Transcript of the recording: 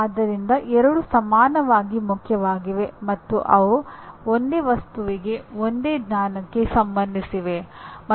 ಆದ್ದರಿಂದ ಎರಡೂ ಸಮಾನವಾಗಿ ಮುಖ್ಯವಾಗಿವೆ ಮತ್ತು ಅವು ಒಂದೇ ವಸ್ತುವಿಗೆ ಒಂದೇ ಜ್ಞಾನಕ್ಕೆ ಸಂಬಂಧಿಸಿವೆ